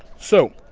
so,